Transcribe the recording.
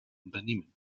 unternehmen